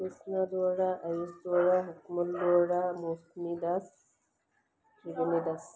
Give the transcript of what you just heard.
কৃষ্ণ দুৱৰা আয়ুচ দুৱৰা হকমল দুৱৰা মৌচুমী দাস অৱনী দাস